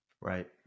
Right